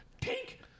pink